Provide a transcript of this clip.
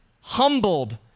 humbled